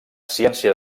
ciència